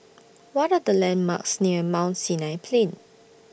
What Are The landmarks near Mount Sinai Plain